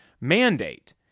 mandate